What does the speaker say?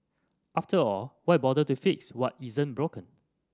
after all why bother to fix what isn't broken